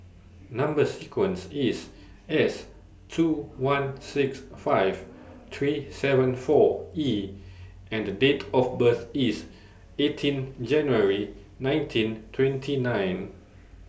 Number sequence IS S two one six five three seven four E and Date of birth IS eighteen January nineteen twenty nine